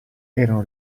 erano